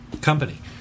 company